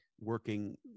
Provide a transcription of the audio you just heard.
working